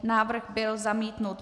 Návrh byl zamítnut.